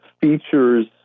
features